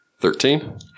Thirteen